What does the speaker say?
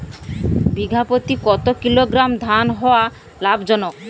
বিঘা প্রতি কতো কিলোগ্রাম ধান হওয়া লাভজনক?